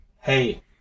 hey